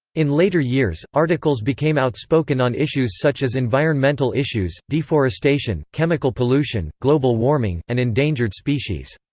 in later years, articles became outspoken on issues such as environmental issues, deforestation, chemical pollution, global warming, and endangered species.